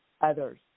others